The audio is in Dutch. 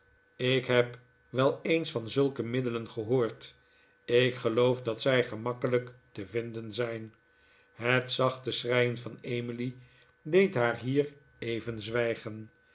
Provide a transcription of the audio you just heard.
ik heb wel eens van zulke middelen gehoord ik geloof dat zij gemakkelijk te vinden zijn het zachte schreien van emily deed haar hier even zwijgen